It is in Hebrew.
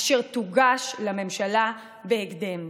אשר תוגש לממשלה בהקדם.